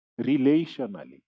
relationally